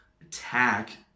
attack